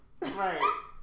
Right